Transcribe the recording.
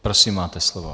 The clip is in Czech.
Prosím, máte slovo.